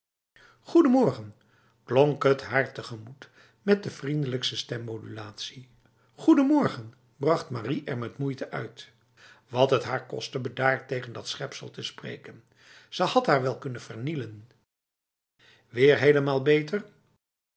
goedemorgen klonk het haar tegemoet met de vriendelijkste stemmodulatie goedemorgen bracht marie er met moeite uit wat het haar kostte bedaard tegen dat schepsel te spreken ze had haar wel kunnen vernielen weer helemaal beter